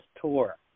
tour